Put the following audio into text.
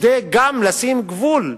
וגם נשים גבול,